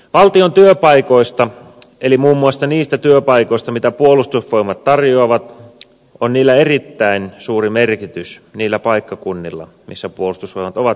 valtion työpaikoilla eli muun muassa niillä työpaikoilla mitä puolustusvoimat tarjoavat on erittäin suuri merkitys niillä paikkakunnilla missä puolustusvoimat ovat läsnä